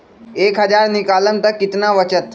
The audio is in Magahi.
एक हज़ार निकालम त कितना वचत?